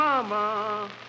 Mama